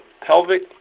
pelvic